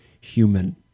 human